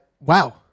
Wow